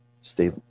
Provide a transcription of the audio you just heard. Stay